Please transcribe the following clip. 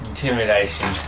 Intimidation